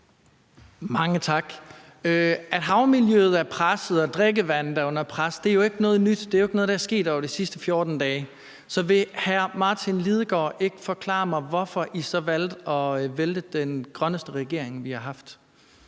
Mange tak. At havmiljøet er presset, og at drikkevandet er under pres, er jo ikke noget nyt; det er jo ikke noget, der er sket over de sidste 14 dage. Så vil hr. Martin Lidegaard ikke forklare mig, hvorfor I så valgte at vælte den grønneste regering, vi har haft?